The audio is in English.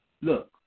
Look